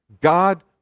God